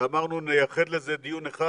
ואמרנו שנייחד לזה דיון אחד,